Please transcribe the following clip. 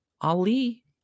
Ali